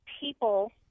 people